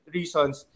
reasons